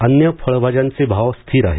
अन्य फळभाज्यांचे भाव स्थिर आहेत